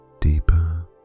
deeper